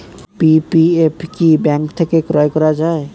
PPF কি bank থেকে ক্রয় করা যায়?